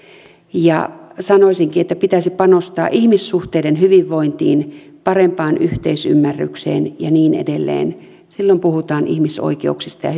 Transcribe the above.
sanoisinkin että pitäisi panostaa ihmissuhteiden hyvinvointiin parempaan yhteisymmärrykseen ja niin edelleen silloin puhutaan ihmisoikeuksista ja